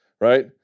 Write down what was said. Right